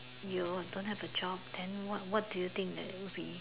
you don't have a job then what what do you think that will be